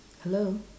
hello